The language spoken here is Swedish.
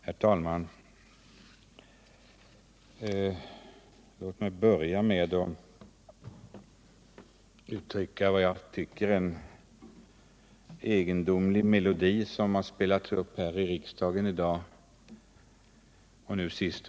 Herr talman! Låt mig börja med att uttrycka min förvåning över vad jag tycker är en egendomlig melodi som har spelats upp här i dag i riksdagen, nu senast av herr Zachrisson.